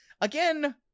Again